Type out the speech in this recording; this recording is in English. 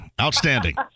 Outstanding